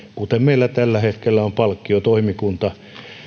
kuten meillä tällä hetkellä on palkkiotoimikunta